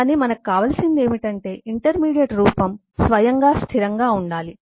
కాని మనకు కావలసింది ఏమిటంటే ఇంటర్మీడియట్ రూపం స్వయంగా స్థిరంగా ఉండాలి